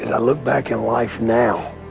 i look back in life now